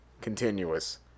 Continuous